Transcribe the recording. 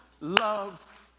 love